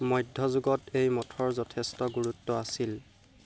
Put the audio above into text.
মধ্য যুগত এই মঠৰ যথেষ্ট গুৰুত্ব আছিল